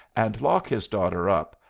and lock his daughter up,